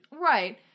Right